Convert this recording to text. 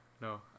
no